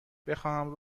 بخواهم